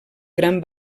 gran